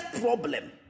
problem